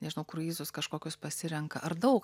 nežinau kruizus kažkokius pasirenka ar daug